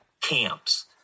camps